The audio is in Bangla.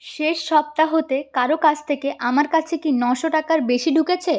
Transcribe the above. শেষ সপ্তাহ তে কারো কাছ থেকে আমার কাছে কি নশো টাকার বেশি ঢুকেছে